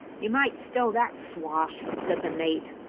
you might stow that swash, said the mate,